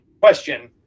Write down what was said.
question